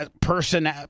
person